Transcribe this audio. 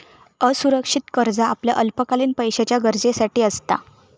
असुरक्षित कर्ज आपल्या अल्पकालीन पैशाच्या गरजेसाठी असता